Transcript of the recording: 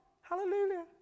Hallelujah